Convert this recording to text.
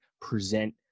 present